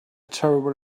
terrible